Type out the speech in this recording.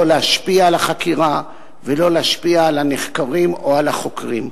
לא להשפיע על החקירה ולא להשפיע על הנחקרים או על החוקרים.